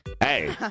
Hey